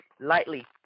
lightly